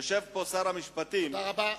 יושב פה שר המשפטים, תודה רבה.